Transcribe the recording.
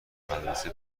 مدرسه